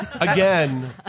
Again